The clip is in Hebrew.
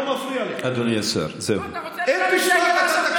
לא, אתה אמרת שאתה גאה.